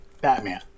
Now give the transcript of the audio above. Batman